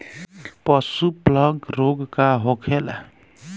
पशु प्लग रोग का होखेला?